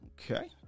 Okay